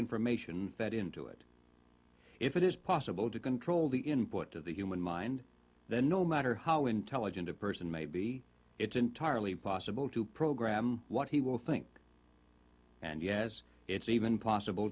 information fed into it if it is possible to control the input of the human mind then no matter how intelligent a person may be it's entirely possible to program what he will think and yes it's even possible